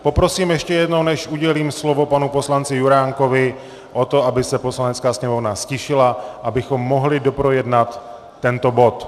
Poprosím ještě jednou, než udělím slovo panu poslanci Juránkovi, o to, aby se Poslanecká sněmovna ztišila, abychom mohli doprojednat tento bod.